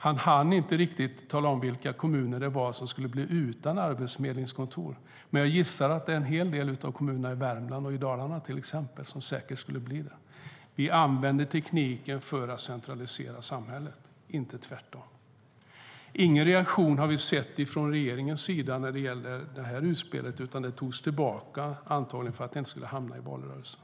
Han hann inte tala om vilka kommuner som skulle bli utan arbetsförmedlingskontor, men jag gissar att en del kommuner i Värmland och Dalarna skulle bli utan. Man använder tekniken för att centralisera samhället, inte tvärtom. Vi har inte sett någon reaktion från regeringen på detta utspel, utan det togs tillbaka - antagligen för att det inte skulle hamna i valrörelsen.